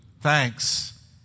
Thanks